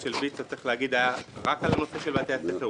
של ויצ"ו הייתה רק על הנושא של בתי הספר,